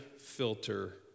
filter